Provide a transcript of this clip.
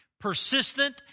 persistent